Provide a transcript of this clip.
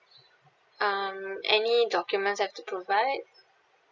um any documents I have to provide